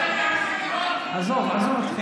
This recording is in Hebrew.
עזוב, עזוב.